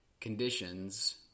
conditions